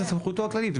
זו סמכותו הכללית.